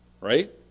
Right